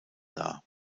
dar